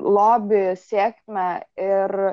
lobį sėkmę ir